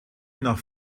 nach